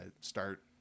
start